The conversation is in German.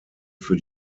für